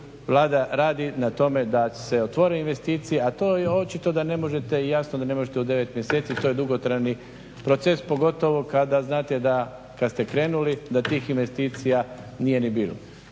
Vlada radi na tome da se otvore investicije, a to je očito da ne možete i jasno da ne možete u 9 mjeseci jer to je dugotrajni proces pogotovo kada znate da kad ste krenuli da tih investicija nije ni bilo.